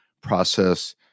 process